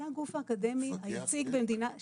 זה הגוף האקדמי -- מפקח -- שנייה,